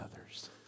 others